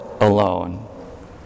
alone